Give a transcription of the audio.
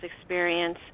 experience